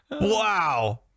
wow